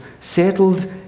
settled